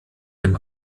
dem